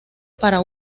para